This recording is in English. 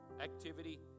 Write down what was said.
activity